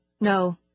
No